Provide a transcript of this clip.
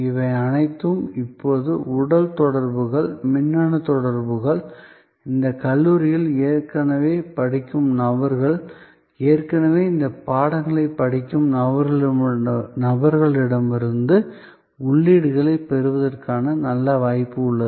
இவை அனைத்தும் இப்போது உடல் தொடர்புகள் மின்னணு தொடர்புகள் அந்த கல்லூரிகளில் ஏற்கனவே படிக்கும் நபர்கள் ஏற்கனவே அந்த பாடங்களைப் படிக்கும் நபர்களிடமிருந்து உள்ளீடுகளைப் பெறுவதற்கான நல்ல வாய்ப்பு உள்ளது